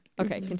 okay